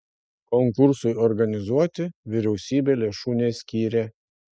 konkursui organizuoti vyriausybė lėšų neskyrė